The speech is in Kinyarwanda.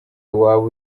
waba